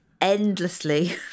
endlessly